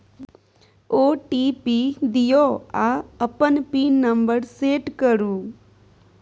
OTP दियौ आ अपन पिन नंबर सेट करु